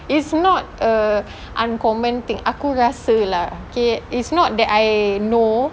it's not a uncommon thing aku rasa lah K is not that I know